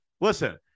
listen